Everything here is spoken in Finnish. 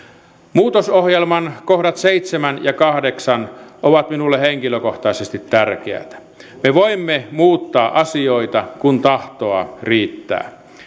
muutosohjelman kohdat seitsemän ja kahdeksan ovat minulle henkilökohtaisesti tärkeitä me voimme muuttaa asioita kun tahtoa riittää